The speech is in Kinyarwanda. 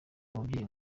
umubyeyi